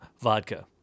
vodka